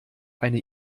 eine